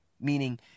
meaning